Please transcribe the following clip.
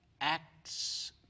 Acts